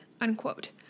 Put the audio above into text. unquote